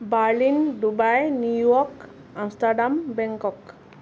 Berlin Dubai New York Amsterdam Bangkok